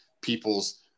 people's